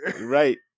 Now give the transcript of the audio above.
right